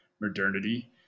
modernity